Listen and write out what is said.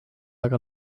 aga